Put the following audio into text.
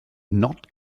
not